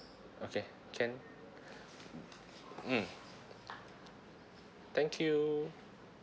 okay can mmhmm thank you